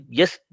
yes